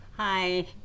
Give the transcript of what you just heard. hi